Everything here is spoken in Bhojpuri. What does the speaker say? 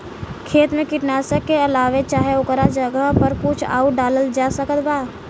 खेत मे कीटनाशक के अलावे चाहे ओकरा जगह पर कुछ आउर डालल जा सकत बा?